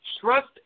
trust